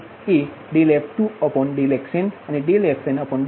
∆xn સુધી બદલાશે આ સમીકરણ 46 છે